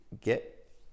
get